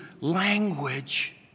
language